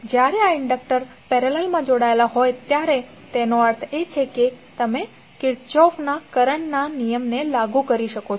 જ્યારે આ ઇન્ડક્ટર પેરેલલમા જોડાયેલા હોય છે તેનો અર્થ એ છે કે તમે કિર્ચોફનો કરંટના નિયમને લાગુ કરી શકો છો